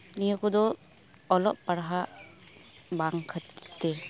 ᱱᱤᱭᱟᱹ ᱠᱚᱫᱚ ᱚᱞᱚᱜ ᱯᱟᱲᱦᱟᱜ ᱵᱟᱝ ᱠᱷᱟᱹᱛᱤᱨ